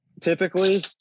typically